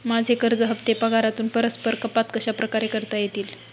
माझे कर्ज हफ्ते पगारातून परस्पर कपात कशाप्रकारे करता येतील?